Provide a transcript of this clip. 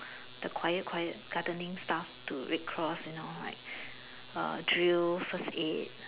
the quiet quiet gardening stuff to red cross you know like uh drills first aid